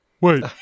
Wait